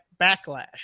Backlash